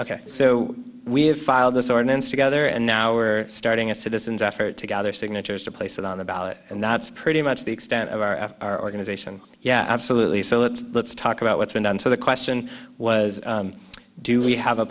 ok so we have filed this ordinance together and now we're starting a citizens effort to gather signatures to place it on the ballot and that's pretty much the extent of our of our organization yeah absolutely so let's let's talk about what's been done so the question was do we have a